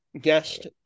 guest